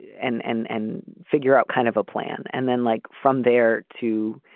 and and and figure out kind of a plan. and then like from there to,